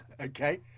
Okay